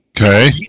Okay